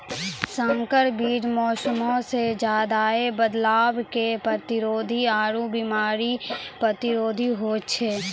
संकर बीज मौसमो मे ज्यादे बदलाव के प्रतिरोधी आरु बिमारी प्रतिरोधी होय छै